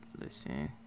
Listen